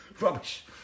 Rubbish